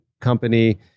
company